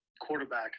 quarterback